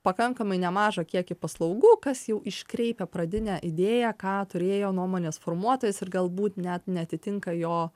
pakankamai nemažą kiekį paslaugų kas jau iškreipia pradinę idėją ką turėjo nuomonės formuotojas ir galbūt net neatitinka jo